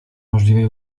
możliwej